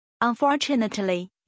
unfortunately